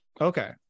okay